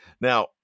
Now